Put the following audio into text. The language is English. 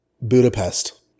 Budapest